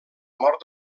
mort